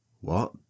What